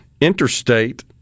interstate